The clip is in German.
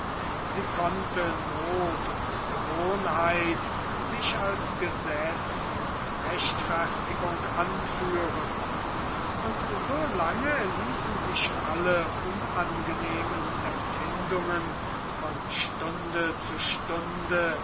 sie konnte not und gewohnheit sich als gesetz und rechtfertigung anführen und so lange ließen sich alle unangenehmen empfindungen von stunde zu stunde